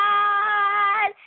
God